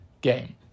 game